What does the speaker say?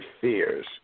fears